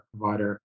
provider